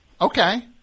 Okay